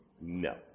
No